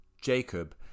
Jacob